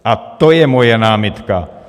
A to je moje námitka.